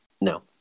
No